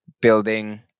building